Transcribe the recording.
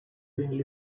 winkel